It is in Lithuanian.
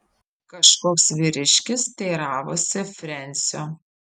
kažkoks vyriškis teiravosi frensio